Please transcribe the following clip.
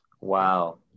wow